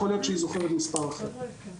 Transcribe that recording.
יכול להיות שהיא זוכרת מספר אחר.